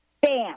bam